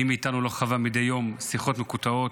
מי מאיתנו לא חווה מדי יום שיחות מקוטעות,